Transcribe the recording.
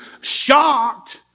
Shocked